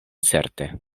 certe